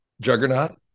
Juggernaut